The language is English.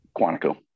Quantico